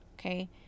okay